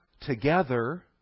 together